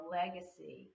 legacy